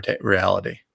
reality